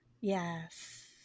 Yes